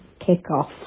kickoff